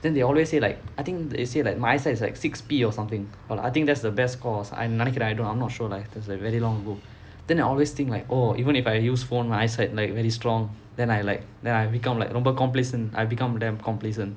then they always say like I think they say that my eyesight is like six P or something or I think that's the best because நினைக்கிறன்:ninaikikraen I'm not sure like it's very long ago then I always think like oh even if I use phone my eyesight like very strong then I like then I become like complacent I become damn complacent